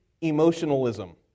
emotionalism